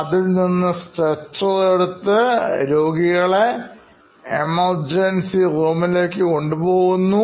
അതിൽനിന്ന് stretcher എടുത്ത് രോഗികളെ എമർജൻസി റൂംലേക്ക്കൊണ്ടുപോകുന്നു